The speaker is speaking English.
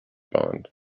bond